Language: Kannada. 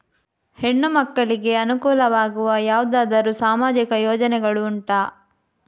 ಹೆಣ್ಣು ಮಕ್ಕಳಿಗೆ ಅನುಕೂಲವಾಗುವ ಯಾವುದಾದರೂ ಸಾಮಾಜಿಕ ಯೋಜನೆಗಳು ಉಂಟಾ?